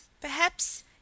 Perhaps